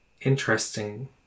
interesting